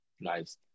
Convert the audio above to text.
nice